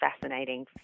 fascinating